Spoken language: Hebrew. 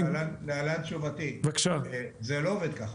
להלן תשובתי: זה לא עובד ככה.